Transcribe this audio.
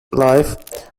life